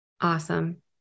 Awesome